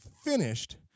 finished